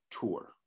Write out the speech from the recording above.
tour